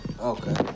Okay